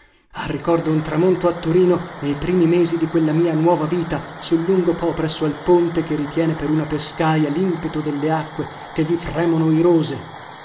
ah ricordo un tramonto a torino nei primi mesi di quella mia nuova vita sul lungo po presso al ponte che ritiene per una pescaja limpeto delle acque che vi fremono irose